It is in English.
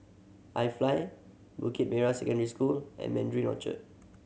IFly Bukit Merah Secondary School and Mandarin Orchard